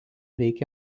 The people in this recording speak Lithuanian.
veikė